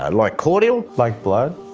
ah like cordial? like blood?